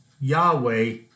yahweh